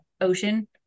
ocean